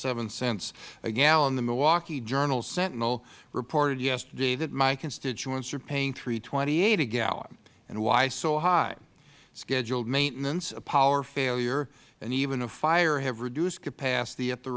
seven cents a gallon the milwaukee journal sentinel reported yesterday that my constituents are paying three dollars twenty eight cents a gallon and why so high scheduled maintenance a power failure and even a fire have reduced capacity at the